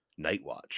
Nightwatch